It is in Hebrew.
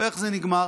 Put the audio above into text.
ואיך זה נגמר?